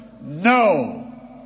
no